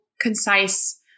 concise